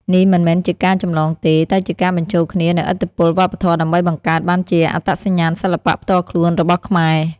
នេះមិនមែនជាការចម្លងទេ តែជាការបញ្ចូលគ្នានូវឥទ្ធិពលវប្បធម៌ដើម្បីបង្កើតបានជាអត្តសញ្ញាណសិល្បៈផ្ទាល់ខ្លួនរបស់ខ្មែរ។